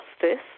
justice